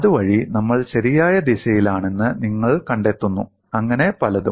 അതുവഴി നമ്മൾ ശരിയായ ദിശയിലാണെന്ന് നിങ്ങൾ കണ്ടെത്തുന്നു അങ്ങനെ പലതും